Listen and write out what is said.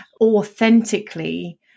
authentically